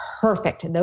perfect